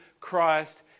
Christ